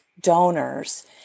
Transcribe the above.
donors